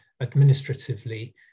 administratively